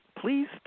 Please